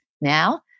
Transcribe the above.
now